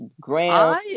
Graham